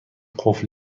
قفل